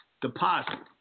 deposit